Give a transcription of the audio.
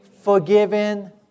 Forgiven